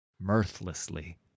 mirthlessly